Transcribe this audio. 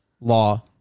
law